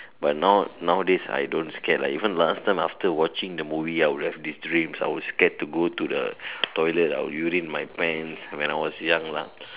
but now nowadays I don't scared lah even last time after watching the movie I will have deep dreams I will scared to go to the toilet I will urine my pants when I was young lah